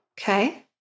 Okay